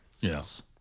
Yes